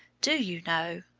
do you know,